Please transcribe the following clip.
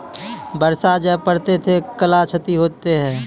बरसा जा पढ़ते थे कला क्षति हेतै है?